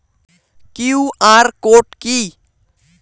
QR code কি?